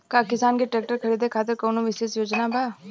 का किसान के ट्रैक्टर खरीदें खातिर कउनों विशेष योजना बा?